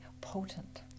potent